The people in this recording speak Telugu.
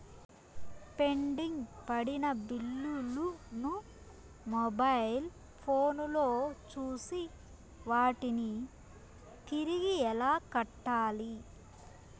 పెండింగ్ పడిన బిల్లులు ను మొబైల్ ఫోను లో చూసి వాటిని తిరిగి ఎలా కట్టాలి